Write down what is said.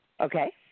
Okay